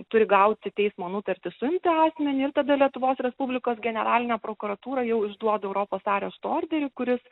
turi gauti teismo nutartį suimti asmenį ir tada lietuvos respublikos generalinė prokuratūra jau išduoda europos arešto orderį kuris